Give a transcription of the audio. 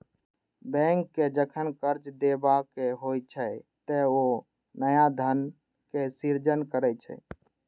bank कें जखन कर्ज देबाक होइ छै, ते ओ नया धनक सृजन करै छै